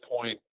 Point